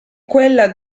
quella